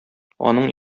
аның